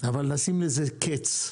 אבל נשים לזה קץ.